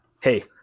Hey